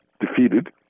defeated